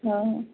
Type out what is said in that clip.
ହଁ